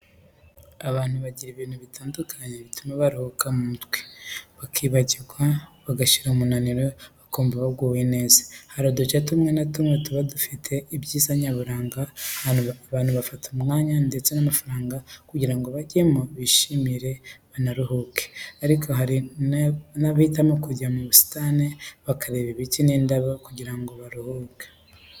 Abantu bagira ibintu bitandukanye bituma baruhuka mu mutwe bakibagirwa bagashira umunaniro bakumva baguwe neza. Hari uduce tumwe na tumwe tuba dufite ibyiza nyaburanga abantu bafata umwanya ndetse n'amafaranga kugira ngo bajyeyo bahishimire banaruhuke. Ariko hari n'abahitamo kujya mu busitani bakareba ibiti n'indabo kugira ngo biruhukire.